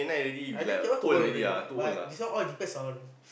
I think that one too old already lah but this one all depends on